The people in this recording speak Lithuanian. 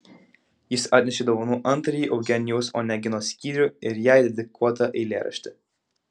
jis atnešė dovanų antrąjį eugenijaus onegino skyrių ir jai dedikuotą eilėraštį